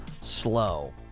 slow